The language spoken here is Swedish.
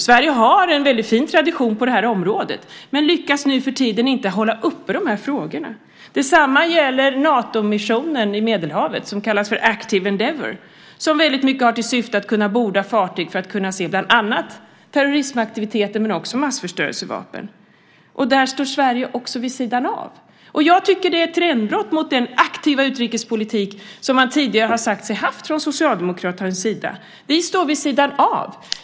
Sverige har en väldigt fin tradition på detta område men lyckas nuförtiden inte hålla uppe de här frågorna. Detsamma gäller Natomissionen Active Endeavour i Medelhavet, som väldigt mycket har till syfte att kunna borda fartyg vid tecken på terroristaktiviteter men också för att hitta massförstörelsevapen. Också här står Sverige vid sidan av. Jag tycker att det är ett trendbrott mot den aktiva utrikespolitik som man tidigare har sagt sig ha från Socialdemokraternas sida. Vi står vid sidan av.